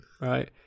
right